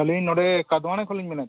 ᱟᱹᱞᱤᱧ ᱱᱚᱰᱮ ᱠᱷᱚᱱᱞᱤᱧ ᱢᱮᱱᱮᱫ ᱛᱟᱦᱮᱸᱫ